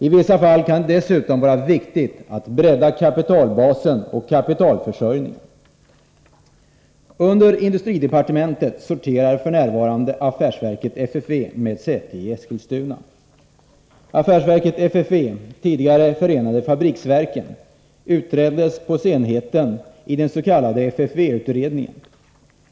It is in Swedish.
I vissa fall kan det dessutom vara viktigt att bredda kapitalbasen och kapitalförsörjningen. Under industridepartementet sorterar f.n. affärsverket FFV med säte i Eskilstuna. Affärsverket FFV —tidigare Förenade Fabriksverkenutreddes i den s.k. FFV-utredningen.